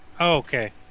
okay